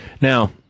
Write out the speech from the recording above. Now